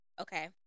Okay